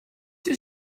your